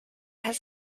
has